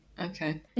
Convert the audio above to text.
Okay